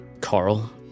Carl